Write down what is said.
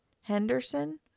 Henderson